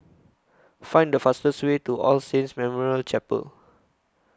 Find The fastest Way to All Saints Memorial Chapel